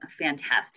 fantastic